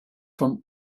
from